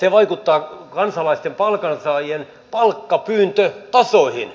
se vaikuttaa kansalaisten palkansaajien palkkapyyntötasoihin